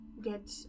get